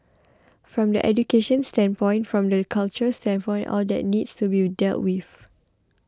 from the education standpoint from the culture standpoint all that needs to be will dealt with